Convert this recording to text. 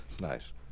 Nice